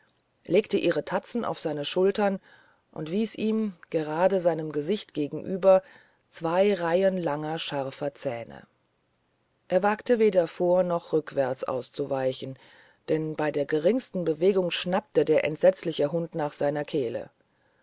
legte ihre tatzen auf seine schultern und wies ihm gerade seinem gesicht gegenüber zwei reihen langer scharfer zähne er wagte weder vor noch rückwärts auszuweichen denn bei der geringsten bewegung schnappte der entsetzliche hund nach seiner kehle